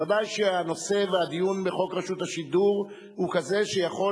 ודאי שהנושא והדיון בחוק רשות השידור הוא כזה שיכול